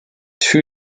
two